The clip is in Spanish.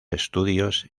estudios